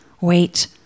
Wait